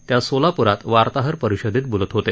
ते आज सोलापूरात वार्ताहर परिषदेत बोलत होते